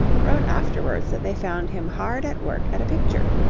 wrote afterwards that they found him hard at work at a picture,